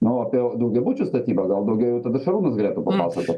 nu apie daugiabučių statybą gal daugiau jau tada šarūnas galėtų papasakot